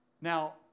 Now